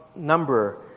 number